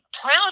proud